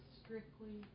strictly